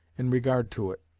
in regard to it.